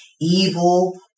evil